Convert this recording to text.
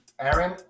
aaron